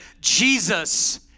Jesus